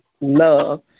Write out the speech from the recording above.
love